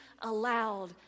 allowed